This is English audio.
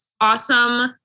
awesome